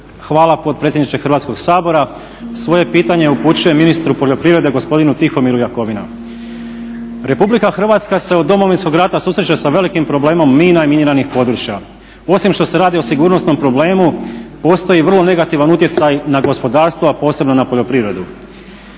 Hvala potpredsjedniče Hrvatskoga sabora. Svoje pitanje upućujem ministru poljoprivrede gospodinu Tihomiru Jakovini. RH se od Domovinskog rata susreće sa velikim problem mina i miniranih područja. Osim što se radi o sigurnosnom problemu, postoji i vrlo negativan utjecaj na gospodarstvo a posebno na poljoprivredu.